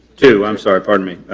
two, i'm sorry, pardon me.